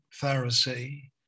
Pharisee